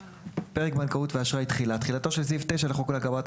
פרק בנקאותואשראי - תחילה 29. תחילתו של סעיף 9 לחוק להגברת